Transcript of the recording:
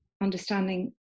understanding